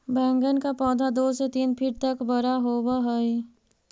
बैंगन का पौधा दो से तीन फीट तक बड़ा होव हई